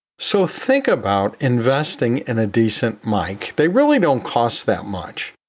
so think about investing in a decent mic. they really don't cost that much,